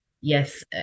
yes